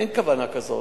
אין כוונה כזאת.